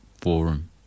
forum